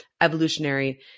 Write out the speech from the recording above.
evolutionary